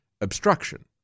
obstruction